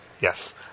yes